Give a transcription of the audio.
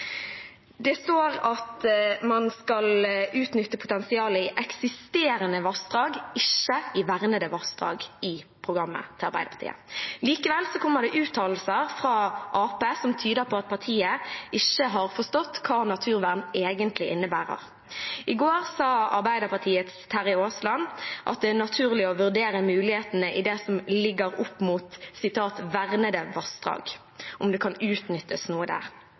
Det står i programmet til Arbeiderpartiet at man skal utnytte potensialet i eksisterende vassdrag, ikke i vernede vassdrag. Likevel kommer det uttalelser fra Arbeiderpartiet som tyder på at partiet ikke har forstått hva naturvern egentlig innebærer. I går sa Arbeiderpartiets Terje Aasland at det er naturlig å vurdere mulighetene som ligger i «vernede vassdrag» – om det kan utnyttes noe der.